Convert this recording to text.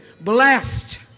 Blessed